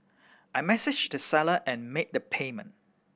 I messaged the seller and made the payment